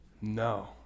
No